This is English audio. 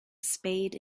spade